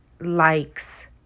likes